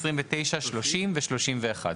29, 30 ו-31.